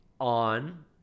on